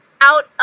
out